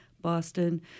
Boston